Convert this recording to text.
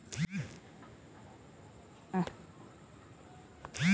UPI में कोई से पइसा मंगवाये खातिर रिक्वेस्ट भेजे क सुविधा होला